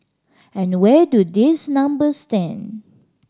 and where do these numbers stand